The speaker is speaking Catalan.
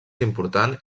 important